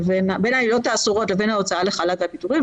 בין העילות האסורות לבין ההוצאה לחל"ת או הפיטורין,